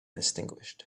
extinguished